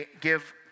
give